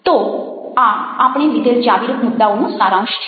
તો આ આપણે લીધેલ ચાવીરૂપ મુદ્દાઓનો સારાંશ છે